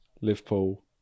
Liverpool